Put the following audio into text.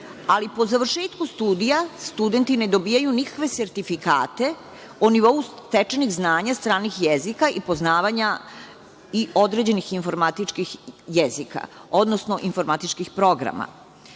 Ali, po završetku studija, studenti ne dobijaju nikakve sertifikate o nivou stečenih znanja stranih jezika i poznavanja i određenih informatičkih jezika, odnosno informatičkih programa. Naš